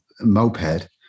moped